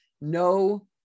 no